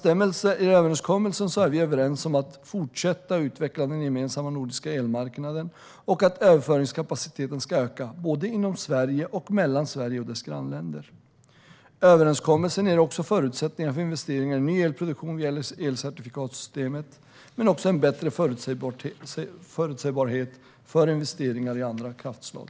I överenskommelsen är vi överens om att fortsätta utveckla den gemensamma nordiska elmarknaden och att överföringskapaciteten ska öka, såväl inom Sverige som mellan Sverige och dess grannländer. Överenskommelsen ger också förutsättningar för investeringar i ny elproduktion via elcertifikatssystemet, men också en bättre förutsägbarhet för investering i andra kraftslag.